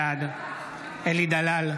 בעד אלי דלל,